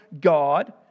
God